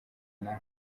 nabi